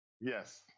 yes